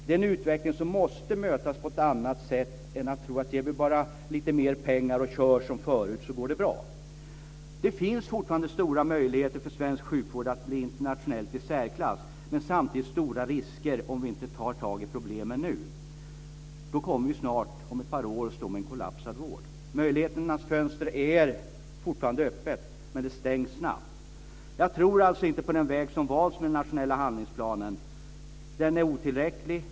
Det är en utveckling som måste mötas på ett annat sätt än att tro att om vi bara ger lite mer pengar och kör som förut så går det bra. Det finns fortfarande stora möjligheter för svensk sjukvård att bli internationellt i särklass, men samtidigt stora risker om vi inte tar tag i problemen nu. Då kommer vi snart, om ett par år, att stå med en kollapsad vård. Möjligheternas fönster är ännu öppet, men det stängs snabbt. Jag tror alltså inte på den väg som valts i den nationella handlingsplanen. Den är otillräcklig.